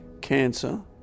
cancer